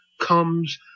comes